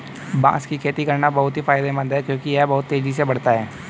बांस की खेती करना बहुत ही फायदेमंद है क्योंकि यह बहुत तेजी से बढ़ता है